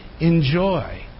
enjoy